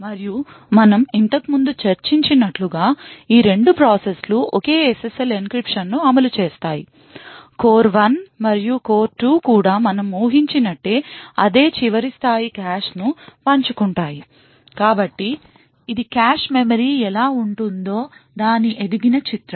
మరియు మనం ఇంతకుముందు చర్చించినట్లుగా ఈ రెండు ప్రాసెస్లు ఒకే SSL encryption ను అమలు చేస్తాయి కోర్ 1 మరియు కోర్ 2 కూడా మనం ఊహించినట్టే అదే చివరి స్థాయి కాష్ను పంచుకుంటాయి కాబట్టి ఇది కాష్ మెమరీ ఎలా ఉంటుందో దాని ఎదిగిన చిత్రం